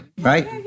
right